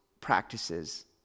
practices